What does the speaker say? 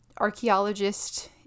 archaeologist